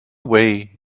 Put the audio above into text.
way